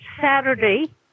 Saturday